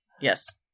yes